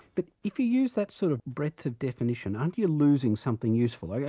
but if you use that sort of breadth of definition, aren't you losing something useful? yeah